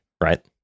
right